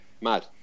mad